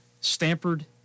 Stanford-